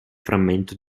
frammento